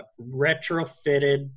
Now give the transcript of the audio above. retrofitted